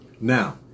Now